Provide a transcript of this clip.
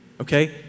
Okay